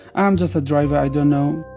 i'm just a driver. i don't know